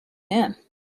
him